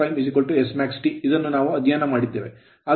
ಆದ್ದರಿಂದ r2x2 Smax T ಇದನ್ನು ನಾವು ಅಧ್ಯಯನ ಮಾಡಿದ್ದೇವೆ